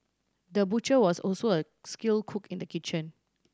the butcher was also a skilled cook in the kitchen